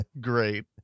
Great